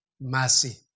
Mercy